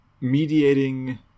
mediating